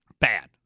bad